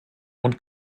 und